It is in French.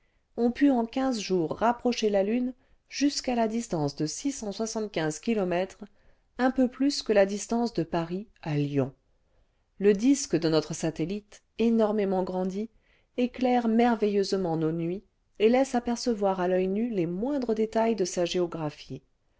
ont pu en quinze jours rapprocher la lune jusqu'à la distance de six cent soixante-quinze kilomètres un peu plus que la distance de paris à lyon le disque de notre satellite énormément grandi éclaire merveilleusement nos nuits et laisse apercevoir à l'oeil nu les moindres détails de sa géographie